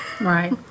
Right